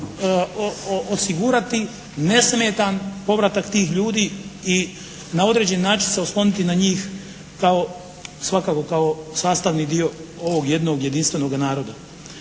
osigurati nesmetan povratak tih ljudi i na određen način se osloniti na njih kao, svakako kao sastavni dio ovog jednog jedinstvenog naroda.